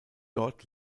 dort